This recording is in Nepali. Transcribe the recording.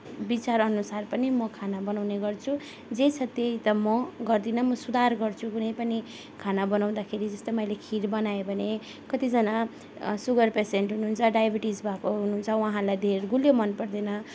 विचारअनुसार पनि म खाना बनाउने गर्छु जे छ त्यै त म गर्दिनँ म सुधार गर्छु कुनै पनि खाना बनाउँदाखेरि जस्तै मैले खिर बनाएँ भने कतिजना सुगर पेसेन्ट हुनुहुन्छ डायबिटिज भएको हुनुहुन्छ उहाँलाई धेर गुलियो मनपर्दैन